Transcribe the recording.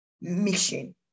mission